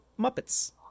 Muppets